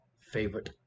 favorite